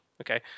okay